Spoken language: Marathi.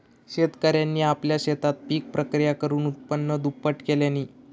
शेतकऱ्यांनी आपल्या शेतात पिक प्रक्रिया करुन उत्पन्न दुप्पट केल्यांनी